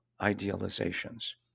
idealizations